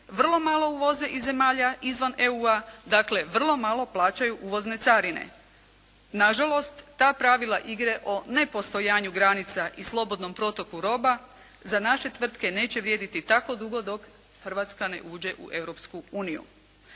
vrlo malo uvoze iz zemalja izvan EU, dakle vrlo malo plaćaju uvozne carine. Na žalost ta pravila igre o nepostojanju granica i slobodnom protoku roba za naše tvrtke neće vrijediti tako dugo dok Hrvatska ne uđe u